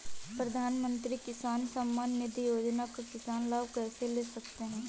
प्रधानमंत्री किसान सम्मान निधि योजना का किसान लाभ कैसे ले सकते हैं?